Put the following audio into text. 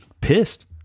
pissed